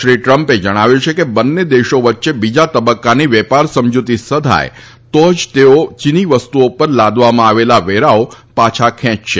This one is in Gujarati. શ્રી ટ્રમ્પે જણાવ્યું છે કે બંને દેશો વચ્ચે બીજા તબકકાની વેપાર સમજુતી સધાય તો જ તેઓ યીની વસ્તુઓ પર લાદવામાં આવેલા વેરાઓ પાછા ખેંચશે